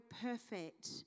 perfect